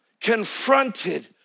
confronted